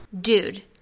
Dude